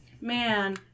man